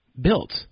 built